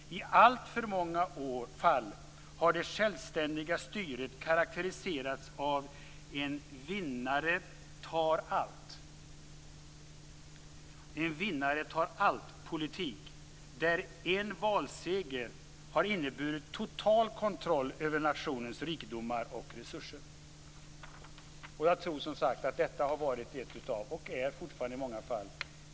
I alltför många fall har det självständiga styret karaktäriserats av en 'vinnaren tar allt'-politik, där en valseger har inneburit total kontroll över nationens rikedomar och resurser." Jag tror som sagt att detta har varit ett gissel, och är så fortfarande i många fall.